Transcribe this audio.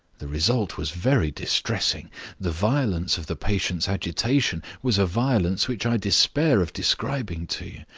the result was very distressing the violence of the patient's agitation was a violence which i despair of describing to you.